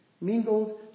Mingled